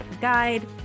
guide